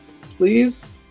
Please